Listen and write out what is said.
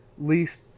least